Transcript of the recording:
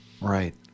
Right